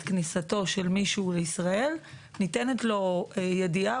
כניסתו של מישהו לישראל ניתנת לו ידיעה,